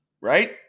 right